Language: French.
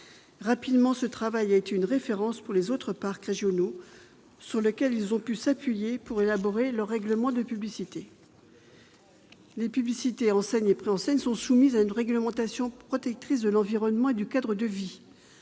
Rapidement, ce travail a été une référence pour les autres parcs régionaux, sur laquelle ceux-ci ont pu s'appuyer pour élaborer leur règlement de publicité. Les publicités, enseignes et préenseignes, sont soumises à une réglementation protectrice de l'environnement et du cadre de vie.